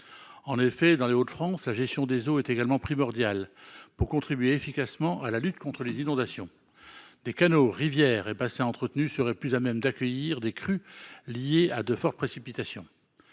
seulement. Dans les Hauts de France, la gestion des eaux est primordiale pour contribuer efficacement à la lutte contre les inondations. En effet, des canaux, rivières et bassins entretenus seraient plus à même d’accueillir des crues liées à de fortes précipitations.